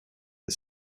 the